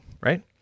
Right